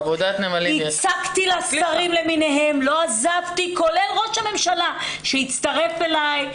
הצקתי לשרים השונים כולל ראש הממשלה שהצטרף אלי.